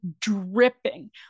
dripping